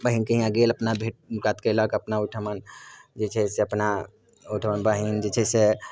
बहिनके यहाँ गेल अपना भेँट मुलाकात केलक अपना ओहिठाम जे छै से अपना ओहिठाम बहिन जे छै से